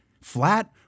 flat